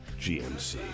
GMC